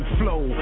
flow